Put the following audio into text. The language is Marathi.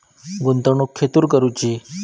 गुंतवणुक खेतुर करूची?